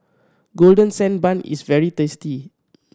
Golden Sand Bun is very tasty